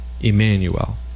Emmanuel